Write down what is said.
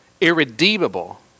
irredeemable